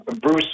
Bruce